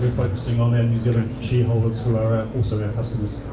focusing on our new zealand shareholders, who are also our customers.